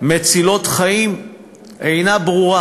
מצילות חיים אינה ברורה,